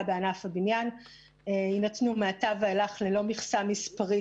בענף הבניין יינתנו מעתה ואילך ללא מכסה מספרית,